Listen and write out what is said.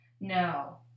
No